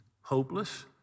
hopeless